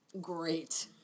Great